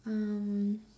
um